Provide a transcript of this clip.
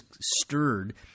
stirred